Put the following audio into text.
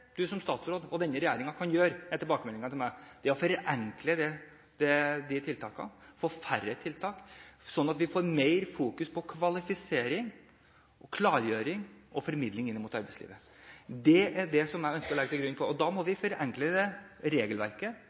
som statsråd og denne regjeringen kan gjøre, er å forenkle de tiltakene, få færre tiltak, sånn at vi får mer fokus på kvalifisering, klargjøring og formidling inn mot arbeidslivet. Det er det jeg ønsker å legge til grunn, og da må vi politikere forenkle det regelverket